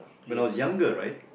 when I was younger right